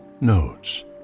Notes